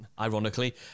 ironically